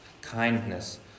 kindness